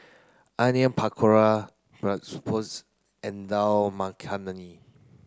onion Pakora and Dal Makhani